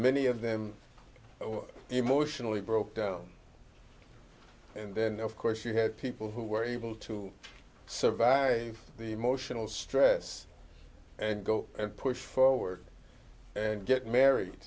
many of them emotionally broke down and then of course you had people who were able to survive the emotional stress and go and push forward and get married